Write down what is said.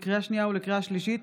לקריאה שנייה ולקריאה שלישית: